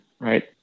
right